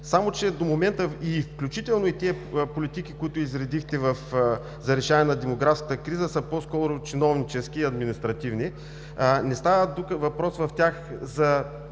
само че до момента – включително и тези политики, които изредихте за решаване на демографската криза, са по-скоро чиновнически и административни. В тях не става въпрос за